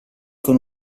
con